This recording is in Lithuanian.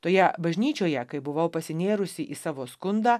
toje bažnyčioje kai buvau pasinėrusi į savo skundą